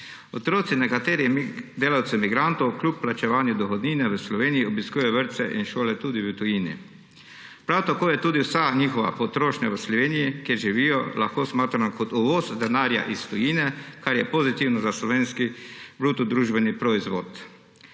Otroci nekaterih delavcev migrantov kljub plačevanju dohodnine v Sloveniji obiskujejo vrtce in šole tudi v tujini. Prav tako je tudi vsa njihova potrošnja v Sloveniji, kjer živijo, lahko smatrana kot uvoz denarja iz tujine, kar je pozitivno za slovenski bruto družbeni proizvod.